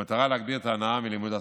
במטרה להגביר את ההנאה מלימוד השפה.